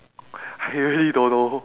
I really don't know